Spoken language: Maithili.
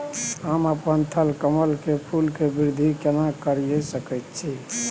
हम अपन थलकमल के फूल के वृद्धि केना करिये सकेत छी?